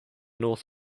north